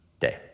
day